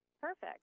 Perfect